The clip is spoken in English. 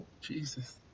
Jesus